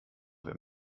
wenn